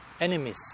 enemies